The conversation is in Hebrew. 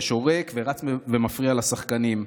ששורק ורץ ומפריע לשחקנים.